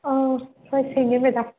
ꯑꯥ ꯍꯣꯏ ꯁꯦꯡꯏ ꯃꯦꯗꯥꯝ